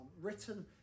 written